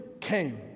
came